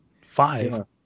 five